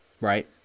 right